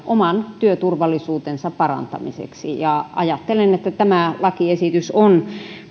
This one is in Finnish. oman työturvallisuutensa parantamiseksi ja ajattelen että tämä lakiesitys on